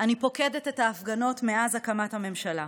אני פוקדת את ההפגנות מאז הקמת הממשלה.